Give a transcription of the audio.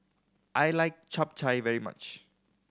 I like Chap Chai very much